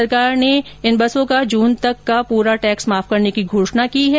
सरकार ने निजी बसों का जून तक का पूरा टैक्स माफ करने की घोषणा की है